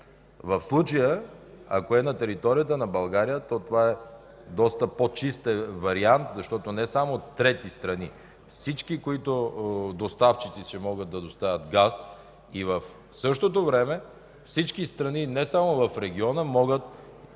В случая, ако е на територията на България, то това е доста по-чист вариант, защото не само трети страни, всички доставчици, които могат да доставят газ, и в същото време всички страни не само в региона, могат